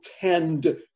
tend